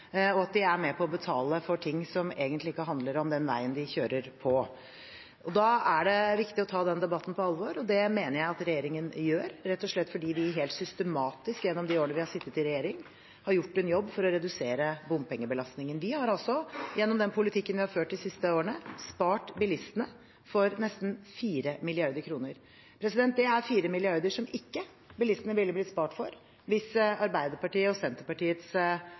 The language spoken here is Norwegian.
og at de er med på å betale for ting som egentlig ikke handler om den veien de kjører på. Da er det riktig å ta den debatten på alvor, og det mener jeg at regjeringen gjør – rett og slett fordi vi helt systematisk gjennom de årene vi har sittet i regjering, har gjort en jobb for å redusere bompengebelastningen. Vi har gjennom den politikken vi har ført de siste årene, spart bilistene for nesten 4 mrd. kr. Det er 4 mrd. kr som bilistene ikke ville blitt spart for hvis Arbeiderpartiet og Senterpartiets